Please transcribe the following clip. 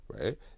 right